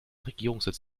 regierungssitz